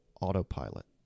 autopilot